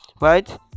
right